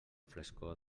frescor